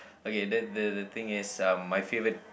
okay the the the thing is um my favourite